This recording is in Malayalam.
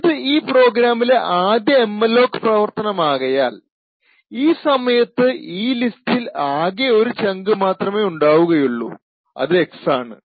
ഇത് ഈ പ്രോഗ്രാമിലെ ആദ്യ എംഅലോക് പ്രവർത്തനം ആകയാൽ ഈ സമയത്തു ഈ ലിസ്റ്റിൽ ആകെ ഒരു ചങ്ക് മാത്രമേ ഉണ്ടാകുകയുള്ളൂ അത് X ആണ്